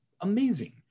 amazing